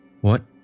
What